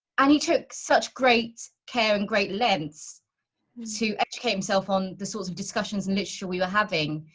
and he took such great care and great lengths to educate himself on the sorts of discussions in literature we were having.